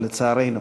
לצערנו.